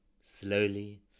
Slowly